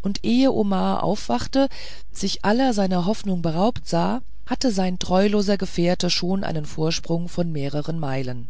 und ehe omar aufwachte und sich aller seiner hoffnungen beraubt sah hatte sein treuloser gefährte schon einen vorsprung von mehreren meilen